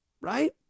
right